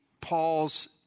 Paul's